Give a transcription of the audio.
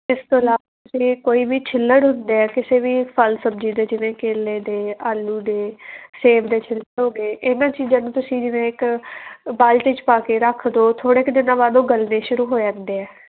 ਇਸ ਤੋਂ ਇਲਾਵਾ ਜੇ ਕੋਈ ਵੀ ਛਿੱਲੜ ਹੁੰਦੇ ਆ ਕਿਸੇ ਵੀ ਫਲ ਸਬਜ਼ੀ ਅਤੇ ਜਿਵੇਂ ਕੇਲੇ ਦੇ ਆਲੂ ਦੇ ਸੇਬ ਦੇ ਛਿਲਕੇ ਹੋ ਗਏ ਇਹਨਾਂ ਚੀਜ਼ਾਂ ਨੂੰ ਤੁਸੀਂ ਜਿਵੇਂ ਇੱਕ ਬਾਲਟੀ 'ਚ ਪਾ ਕੇ ਰੱਖ ਦੋ ਥੋੜ੍ਹੇ ਦਿਨਾਂ ਬਾਅਦ ਗੱਲਣੇ ਸ਼ੁਰੂ ਹੋ ਜਾਂਦੇ ਆ